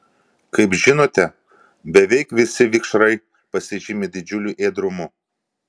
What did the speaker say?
kaip žinote beveik visi vikšrai pasižymi didžiuliu ėdrumu